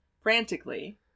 Frantically